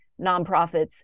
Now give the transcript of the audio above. nonprofits